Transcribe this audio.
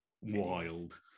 wild